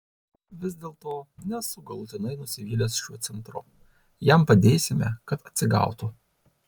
vis dėlto nesu galutinai nusivylęs šiuo centru jam padėsime kad atsigautų